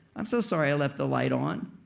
i'm so sorry i left the light on.